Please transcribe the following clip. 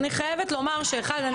אני חייבת לומר שאחד,